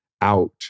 out